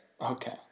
Okay